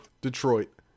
Detroit